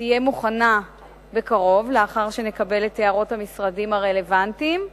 תהיה מוכנה בקרוב לאחר שנקבל את הערות המשרדים הרלוונטיים,